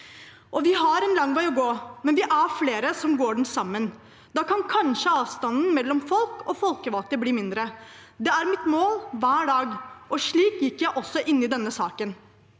Vi har en lang vei å gå, men vi er flere som går den sammen. Da kan kanskje avstanden mellom folk og folkevalgte bli mindre. Det er mitt mål hver dag. Slik gikk jeg også inn i denne saken,